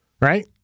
Right